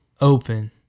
open